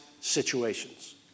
situations